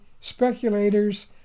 speculators